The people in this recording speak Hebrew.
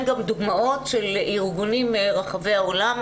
גם דוגמאות של ארגונים מרחבי העולם.